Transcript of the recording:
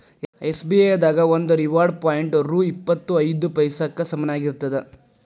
SBI ದಾಗ ಒಂದು reward point ರೊ ಇಪ್ಪತ್ ಐದ ಪೈಸಾಕ್ಕ ಸಮನಾಗಿರ್ತದ